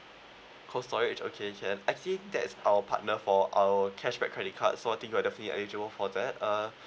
Cold Storage okay can actually that's our partner for our cashback credit card so I think you are the free eligible for that uh